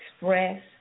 express